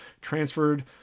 transferred